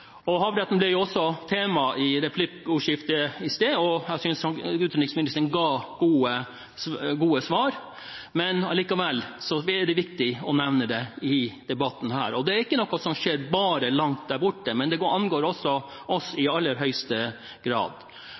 av havretten svært viktig. Havretten ble også tema i replikkordskiftet i sted. Jeg synes utenriksministeren ga gode svar, men allikevel er det viktig å nevne det i denne debatten. Det er ikke noe som skjer bare langt der borte, det angår også oss i aller høyeste grad.